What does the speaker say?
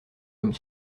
homme